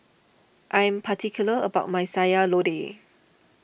I am particular about my Sayur Lodeh